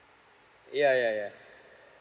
yeah yeah yeah